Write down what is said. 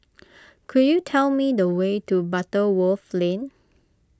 could you tell me the way to Butterworth Lane